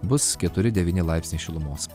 bus keturi devyni laipsniai šilumos